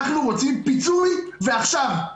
אנחנו רוצים פיצוי, ועכשיו.